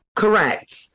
Correct